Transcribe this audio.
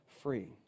free